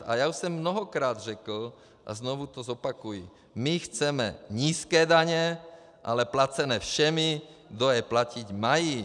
A já už jsem mnohokrát řekl a znovu to zopakuji: my chceme nízké daně, ale placené všemi, kdo je platit mají.